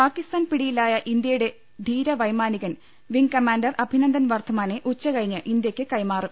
പാകി സ്ഥാൻ പിടിയിലായ ഇന്ത്യയുടെ ധീര വൈമാനികൻ വിങ്ങ് കമാന്റർ അഭിനന്ദൻ വർദ്ധമാനെ ഉച്ച് കഴിഞ്ഞ് ഇന്ത്യക്ക് കൈമാ റും